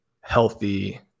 healthy